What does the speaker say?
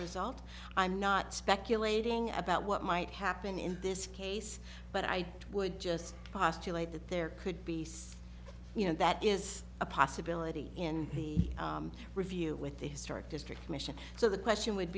result i'm not speculating about what might happen in this case but i would just postulate that there could be so you know that is a possibility in the review with the historic district commission so the question would